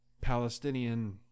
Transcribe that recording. palestinian